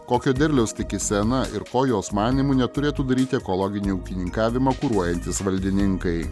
kokio derliaus tikisi ana ir ko jos manymu neturėtų daryti ekologinį ūkininkavimą kuruojantys valdininkai